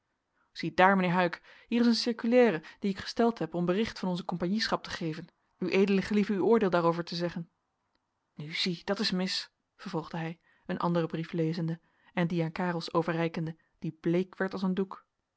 ziedaar mijnheer huyck hier is een circulaire die ik gesteld heb om bericht van onze compagnieschap te geven ued gelieve uw oordeel daarover te zeggen nu zie dat is mis vervolgde hij een anderen brief lezende en dien aan karelsz overreikende die bleek werd als een doek